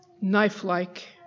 knife-like